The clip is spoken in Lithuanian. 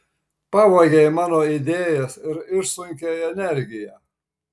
pavogei mano idėjas ir išsunkei energiją